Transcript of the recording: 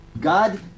God